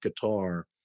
guitar